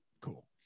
Cool